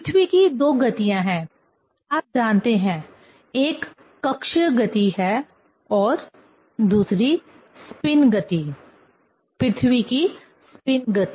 पृथ्वी की दो गतियां हैं आप जानते हैं एक कक्षीय गति है और दूसरी स्पिन गति पृथ्वी की स्पिन गति